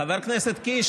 הכנסת קיש,